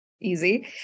easy